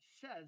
says